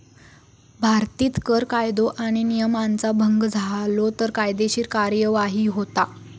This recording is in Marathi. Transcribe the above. भारतीत कर कायदो आणि नियमांचा भंग झालो तर कायदेशीर कार्यवाही होता